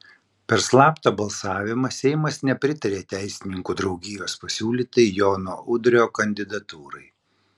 per slaptą balsavimą seimas nepritarė teisininkų draugijos pasiūlytai jono udrio kandidatūrai